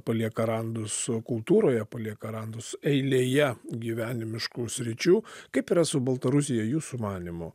palieka randus o kultūroje palieka randus eilėje gyvenimiškų sričių kaip yra su baltarusija jūsų manymu